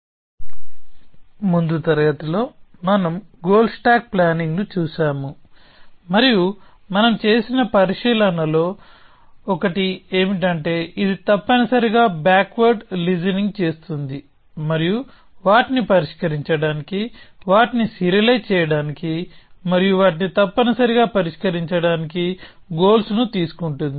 non linear planning ముందు తరగతిలో మనము గోల్ స్టాక్ ప్లానింగ్ ను చూశాము మరియు మనము చేసిన పరిశీలనలో ఒకటి ఏమిటంటే ఇది తప్పనిసరిగా బ్యాక్వర్డ్ లిజనింగ్ చేస్తుంది మరియు వాటిని పరిష్కరించడానికి వాటిని సీరియలైజ్ చేయడానికి మరియు వాటిని తప్పనిసరిగా పరిష్కరించడానికి గోల్స్ ను తీసుకుంటుంది